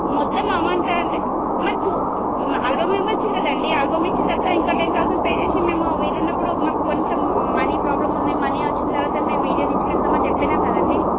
మొత్తం అమౌంట్ అంటే మరి ఆల్బమ్ ఇవ్వచ్చు కదండి ఆల్బమ్ ఇచ్చిన తరువాత ఇంకా టెన్ థౌసండ్ పే చేసి మేము వీలున్నప్పుడు మాకు కొంచెం మనీ ప్రాబ్లెమ్ ఉన్నాయి మనీ వచ్చిన తరువాత మేము వీడియో తీసుకు వెళ్తామని చెప్పిన కదండి